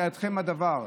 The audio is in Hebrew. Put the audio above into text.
בידיכם הדבר,